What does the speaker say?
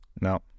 No